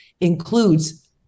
includes